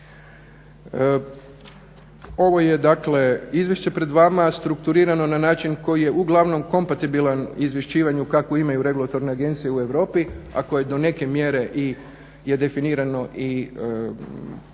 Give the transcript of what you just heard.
Ovo je dakle izvješće pred vama strukturirano na način koji je uglavnom kompatibilan izvješćivanju kakvo imaju regulatorne agencije u Europi, a koje do neke mjere je definirano neću